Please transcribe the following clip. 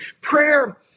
Prayer